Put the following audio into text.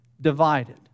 divided